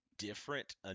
different